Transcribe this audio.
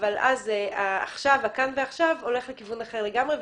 אבל ה"כאן ועכשיו" הולך לכיוון אחר לגמרי,